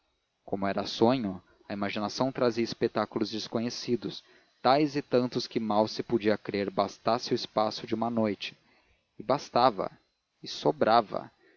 como era sonho a imaginação trazia espetáculos desconhecidos tais e tantos que mal se podia crer bastasse o espaço de uma noite e bastava e sobrava